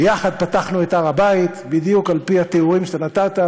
ביחד פתחנו את הר-הבית בדיוק על-פי התיאורים שנתת,